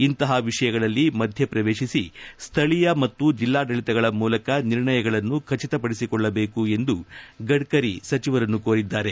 ಇಂತಹ ವಿಷಯಗಳಲ್ಲಿ ಮಧ್ಯಪ್ರವೇಶಿಸಿ ಸ್ಥಳೀಯ ಮತ್ತು ಜಿಲ್ಲಾಡಳಿತಗಳ ಮೂಲಕ ನಿರ್ಣಯಗಳನ್ನು ಖಚಿತಪಡಿಸಿಕೊಳ್ಳಬೇಕು ಎಂದು ಗಡ್ಕರಿ ಸಚಿವರನ್ನು ಕೋರಿದ್ದಾರೆ